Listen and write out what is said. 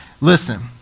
listen